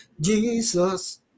Jesus